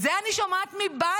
את זה אני שומעת מביידן,